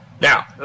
Now